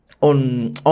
on